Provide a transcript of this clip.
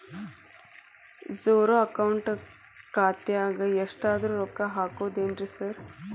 Zero account ಖಾತ್ಯಾಗ ಎಷ್ಟಾದ್ರೂ ರೊಕ್ಕ ಹಾಕ್ಬೋದೇನ್ರಿ ಸಾರ್?